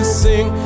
sing